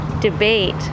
debate